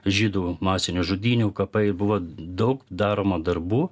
žydų masinių žudynių kapai buvo daug daroma darbų